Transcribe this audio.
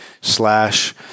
slash